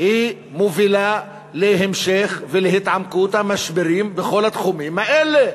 מובילה להמשך ולהעמקה של המשברים בכל התחומים האלה.